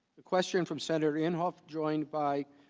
a question from senator inhofe joined by